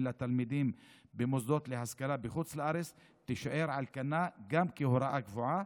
לתלמידים במוסדות להשכלה בחוץ לארץ תישאר על כנה גם כהוראה קבועה.